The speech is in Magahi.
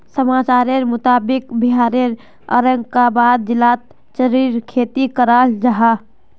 समाचारेर मुताबिक़ बिहारेर औरंगाबाद जिलात चेर्रीर खेती कराल जाहा